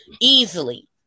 easily